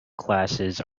classes